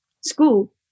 school